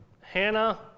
Hannah